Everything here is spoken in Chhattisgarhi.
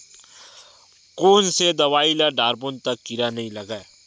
कोन से दवाई ल डारबो त कीड़ा नहीं लगय?